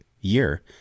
year